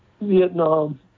Vietnam